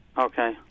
Okay